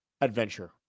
adventure